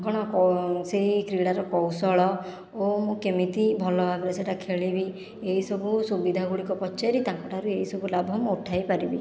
କ'ଣ ସେହି କ୍ରୀଡ଼ାର କୌଶଳ ଓ ମୁଁ କେମିତି ଭଲ ଭାବରେ ସେଇଟା ଖେଳିବି ଏହିସବୁ ସୁବିଧାଗୁଡ଼ିକ ପଚାରି ତାଙ୍କଠାରୁ ଏହିସବୁ ଲାଭ ମୁଁ ଉଠାଇପାରିବି